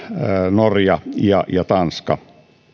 norja ja ja tanska